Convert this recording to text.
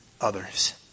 others